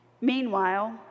Meanwhile